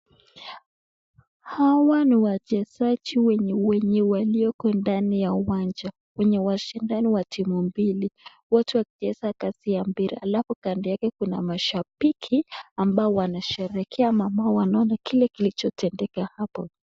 Hawa ni wachesaji wanye walioko ndani ya kiwanja wenye washidano ya timu mbili katikati ya ndani ya kiwanja ya mpira alafu Kandi yake ni mashabiki ambao wanasherekea ama ambacho kilicho tendeka hapa.